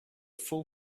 full